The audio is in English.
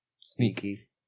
Sneaky